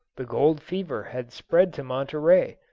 the gold fever had spread to monterey,